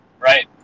right